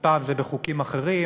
פעם זה בחוקים אחרים,